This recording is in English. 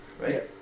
right